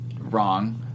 wrong